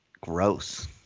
gross